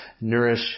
nourish